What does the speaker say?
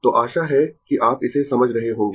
तो आशा है कि आप इसे समझ रहे होंगें